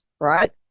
right